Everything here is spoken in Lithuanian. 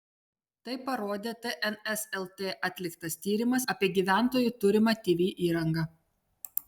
tai parodė tns lt atliktas tyrimas apie gyventojų turimą tv įrangą